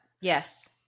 Yes